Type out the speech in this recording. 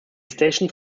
stations